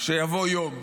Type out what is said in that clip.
שיבוא יום,